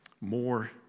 more